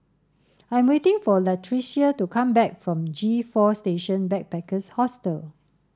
I'm waiting for Latricia to come back from G Four Station Backpackers Hostel